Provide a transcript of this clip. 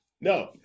No